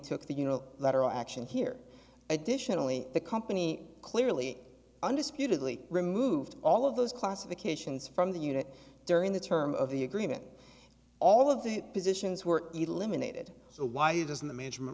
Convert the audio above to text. took the you know letter action here additionally the company clearly undisputedly removed all of those classifications from the unit during the term of the agreement all of the positions were eliminated so why doesn't the management